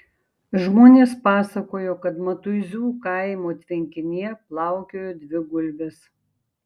žmonės pasakojo kad matuizų kaimo tvenkinyje plaukiojo dvi gulbės